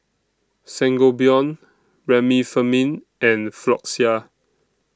Sangobion Remifemin and Floxia